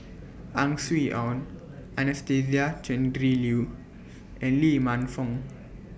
Ang Swee Aun Anastasia Tjendri Liew and Lee Man Fong